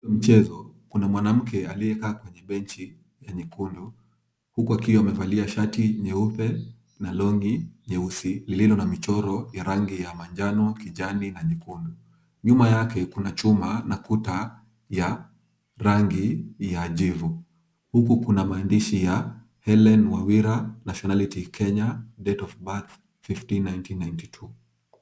Mchezo. Kuna mwanamke aliyekaa kwenye benchi la nyekundu, huku akiwa amevalia shati nyeupe na long'i nyeusi lililo na michoro ya rangi ya manjano, kijani na nyekundu. Nyuma yake kuna chuma na kuta ya rangi ya jivu. Huku kuna maandishi ya Hellen Wawira nationality Kenyan, date of birth 15, 1992 .